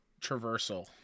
traversal